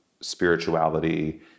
spirituality